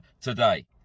today